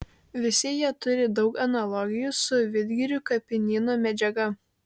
visi jie turi daug analogijų su vidgirių kapinyno medžiaga